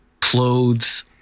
clothes